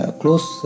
close